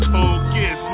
Focus